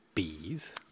Bees